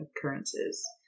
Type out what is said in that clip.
occurrences